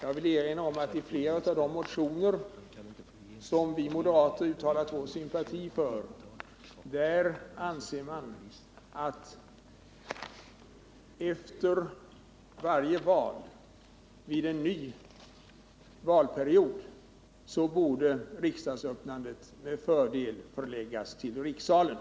Jag vill då erinra om att i flera av de motioner som vi moderater uttalat vår sympati för har man framhållit att öppnandet vid början av varje ny valperiod med fördel borde kunna förläggas till rikssalen.